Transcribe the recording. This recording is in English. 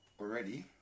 already